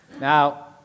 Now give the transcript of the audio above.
Now